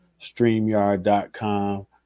StreamYard.com